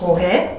Okay